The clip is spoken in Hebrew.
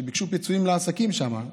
כשביקשו פיצויים לעסקים שם,